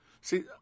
See